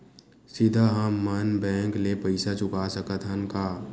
सीधा हम मन बैंक ले पईसा चुका सकत हन का?